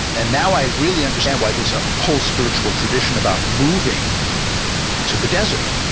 and now i really understand why there's a whole spiritual tradition about moving to the desert.